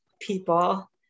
people